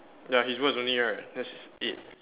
ya his words only right that's it